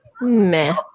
Meh